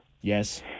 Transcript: Yes